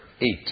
eight